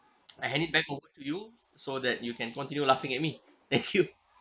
I hand it back over to you so that you can continue laughing at me thank you